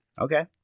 Okay